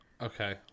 Okay